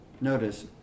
Notice